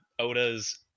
Oda's